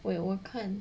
wait 我看